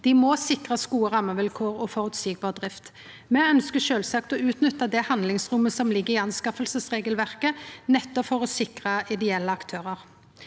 Dei må sikrast gode rammevilkår og føreseieleg drift. Me ønskjer sjølvsagt å utnytta det handlingsrommet som ligg i anskaffingsregelverket, nettopp for å sikra ideelle aktørar.